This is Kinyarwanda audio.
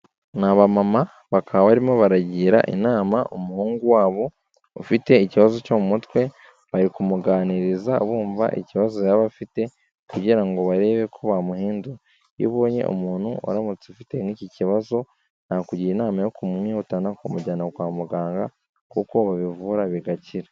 Ni abamama, bakaba barimo baragira inama umuhungu wabo ufite ikibazo cyo mu mutwe, bari kumuganiriza bumva ikibazo yaba afite kugira ngo barebe ko bamuhindura. Iyo ubonye umuntu uramutse ufite nk'iki kibazo, nakugira inama yo kumwihutana ukamujyana kwa muganga kuko babivura bigakira.